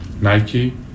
Nike